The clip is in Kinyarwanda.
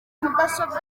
mudasobwa